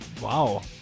Wow